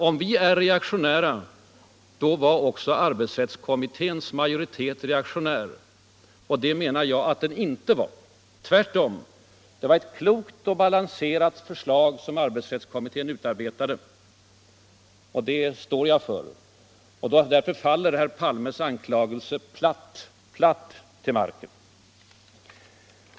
Om vi är reaktionära, då var också arbetsrättskommitténs majoritet reaktionär, och det menar jag att den inte var. Tvärtom. Det var ett klokt och balanserat förslag som arbetsrättskommittén utarbetade, och det står jag för. Därför faller herr Palmes anklagelser platt till marken.